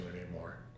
anymore